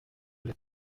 les